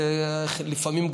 לפעמים,